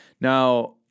Now